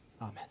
Amen